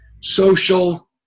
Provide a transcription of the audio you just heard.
social